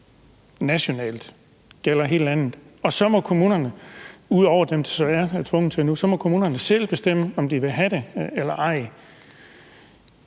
– der altså gælder hele landet – og så må kommunerne ud over det, de desværre er tvunget til nu, selv bestemme, om de vil have det eller ej.